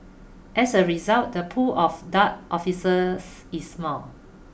as a result the pool of dart officers is small